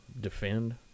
defend